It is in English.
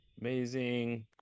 Amazing